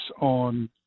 on